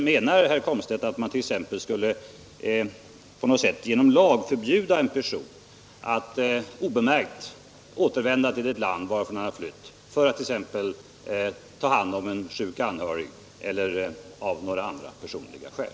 Menar herr Komstedt att man skulle på något sätt genom lag förbjuda en person alt obemärkt återvända till ett land varifrån han flytt, t.ex. för att ta hand om en sjuk anhörig eller av andra personliga skäl?